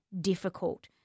difficult